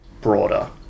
broader